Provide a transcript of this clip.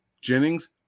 Jennings